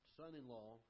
son-in-law